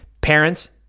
parents